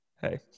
hey